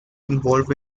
involved